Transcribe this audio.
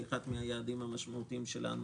היא אחד מן היעדים המשמעותיים שלנו,